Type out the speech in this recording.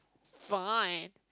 fine